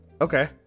Okay